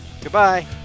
Goodbye